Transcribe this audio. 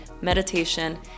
meditation